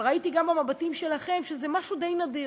אבל ראיתי גם במבטים שלכם שזה משהו די נדיר.